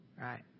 right